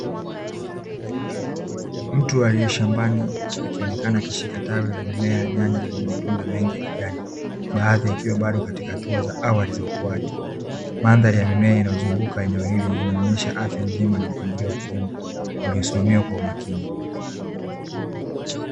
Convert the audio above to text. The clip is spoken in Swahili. Mtu aliye shambani akionekana akishika tawi la mimea ya nyanya lenye matunda mengi ya kijani. Baadhi yakiwa bado katika hatua za awali za ukuaji, mandhari ya mimea iliyozunguka eneo hili inaonesha afya njema na mapngilio wa kilimo, uliosimamiwa kwa umakini.